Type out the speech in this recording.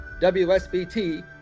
WSBT